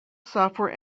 software